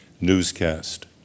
newscast